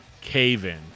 Cave-In